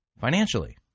financially